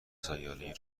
سیارهای